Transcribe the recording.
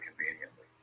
conveniently